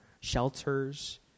shelters